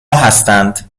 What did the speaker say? هستند